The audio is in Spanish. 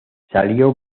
salió